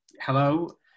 Hello